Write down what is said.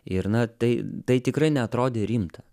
ir na tai tai tikrai neatrodė rimta